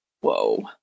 whoa